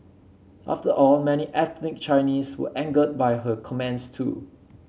after all many ethnic Chinese were angered by her comments too